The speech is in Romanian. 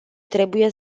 trebuie